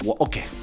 okay